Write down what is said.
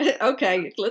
Okay